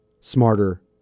smarter